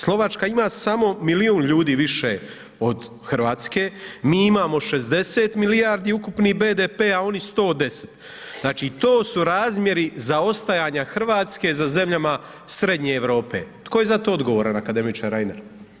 Slovačka ima samo milijun ljudi više od RH, mi imamo 60 milijardi ukupni BDP, a oni 110, znači to su razmjeri zaostajanja RH za zemljama Srednje Europe, tko je za to odgovoran akademiče Reiner?